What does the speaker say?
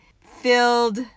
filled